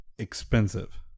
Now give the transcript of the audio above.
Expensive